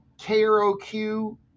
KROQ